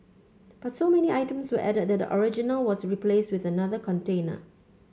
but so many items were added that the original was replaced with another container